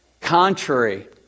contrary